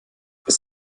ist